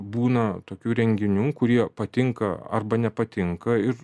būna tokių renginių kurie patinka arba nepatinka ir